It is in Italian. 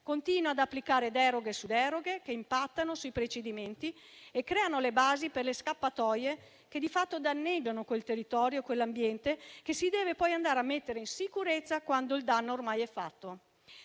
quello di applicare deroghe su deroghe, che impattano su procedimenti e creano le basi per le scappatoie che di fatto danneggiano quel territorio e quell'ambiente che si devono poi andare a mettere in sicurezza quando il danno ormai è fatto.